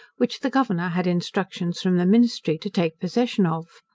which the governor had instructions from the ministry to take possession of.